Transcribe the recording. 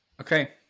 Okay